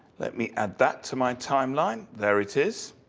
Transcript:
let me add that to my timeline, there it is.